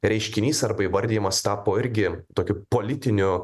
reiškinys arba įvardijamas tapo irgi tokiu politiniu